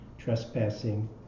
Trespassing